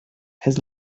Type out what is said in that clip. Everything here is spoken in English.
has